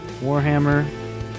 Warhammer